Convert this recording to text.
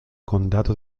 condado